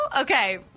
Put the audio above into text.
Okay